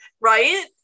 right